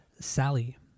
Sally